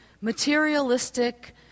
materialistic